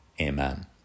Amen